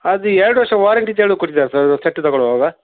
ಅದು ಎರಡು ವರ್ಷ ವಾರಂಟಿ ಕಾರ್ಡು ಕೊಟ್ಟಿದ್ದಲ್ಲ ಸರ್ ಅದು ಸೆಟ್ ತೊಗೊಳ್ಳುವಾಗ